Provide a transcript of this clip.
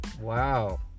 Wow